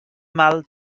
mal